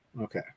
Okay